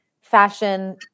fashion